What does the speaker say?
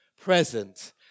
present